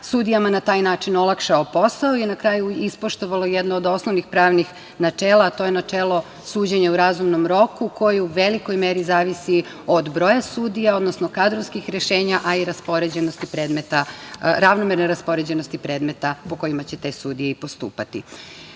sudijama na taj način olakšao posao i na kraju, ispoštovalo jedno od osnovnih pravnih načela, a to je načelo suđenja u razumnom roku, koje u velikom roku zavisi od broja sudija, odnosno kadrovskih rešenja, a i ravnomernoj raspoređenosti predmeta po kojima će te sudije i postupati. Kao